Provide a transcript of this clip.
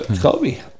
Kobe